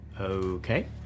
Okay